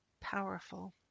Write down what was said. powerful